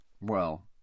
Well